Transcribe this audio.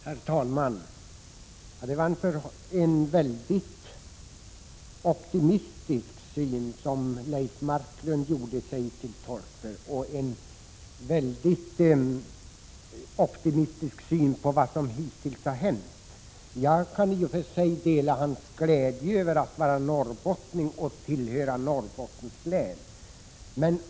Herr talman! Det var en mycket optimistisk syn som Leif Marklund gjorde sig till tolk för när det gäller vad som hittills har hänt. Jag kan i och för sig dela hans glädje över att vara norrbottning och att tillhöra Norrbottens län.